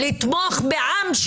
המאבק כדי לפתור את שני העמים,